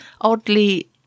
oddly